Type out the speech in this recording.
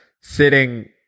sitting